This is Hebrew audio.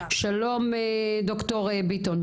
שלום, ד"ר ביטון.